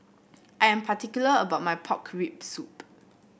I am particular about my Pork Rib Soup